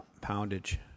poundage